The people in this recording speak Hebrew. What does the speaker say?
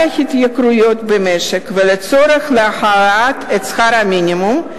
ההתייקרויות במשק ולצורך להעלות את שכר המינימום,